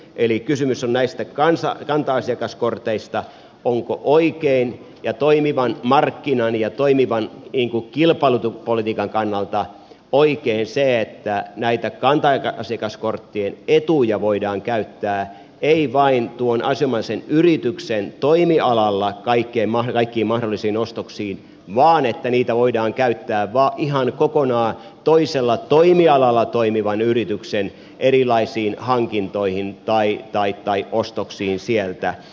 eli kysymys on näistä kanta asiakaskorteista onko toimivan markkinan ja toimivan kilpailupolitiikan kannalta oikein se että näitä kanta asiakaskorttien etuja voidaan käyttää ei vain tuon asianomaisen yrityksen toimialalla kaikkiin mahdollisiin ostoksiin vaan että niitä voidaan käyttää myös ihan kokonaan toisella toimialalla toimivan yrityksen erilaisiin hankintoihin tai ostoksiin sieltä